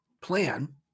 plan